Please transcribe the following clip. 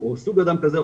או סוג אדם כזה,